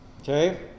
Okay